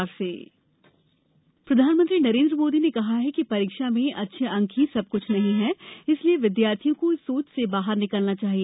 मोदी परीक्षा चर्चा प्रधानमंत्री नरेन्द्र मोदी ने कहा है कि परीक्षा में अच्छे अंक ही सबक्छ नहीं हैं इसलिए विद्यार्थियों को इस सोच से बाहर निकलना चाहिए